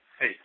Hey